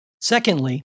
Secondly